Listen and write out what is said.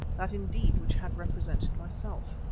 that indeed which had represented myself.